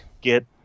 get